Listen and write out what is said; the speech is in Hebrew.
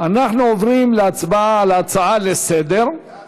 אנחנו עוברים להצבעה על הצעה לסדר-היום,